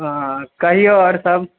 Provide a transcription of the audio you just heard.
हँ कहिऔ आओरसब